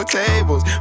tables